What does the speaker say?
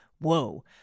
whoa